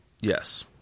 Yes